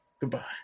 Goodbye